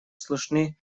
слышны